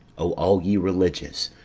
o all ye religious,